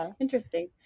Interesting